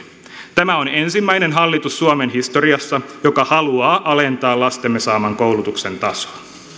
tämä on ensimmäinen hallitus suomen historiassa joka haluaa alentaa lastemme saaman koulutuksen tasoa